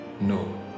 no